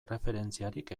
erreferentziarik